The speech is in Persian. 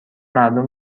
مردم